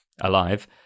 alive